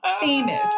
famous